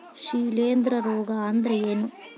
ಶಿಲೇಂಧ್ರ ರೋಗಾ ಅಂದ್ರ ಏನ್?